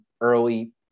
early